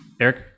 Eric